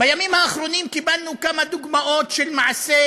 בימים האחרונים קיבלנו כמה דוגמאות של מעשי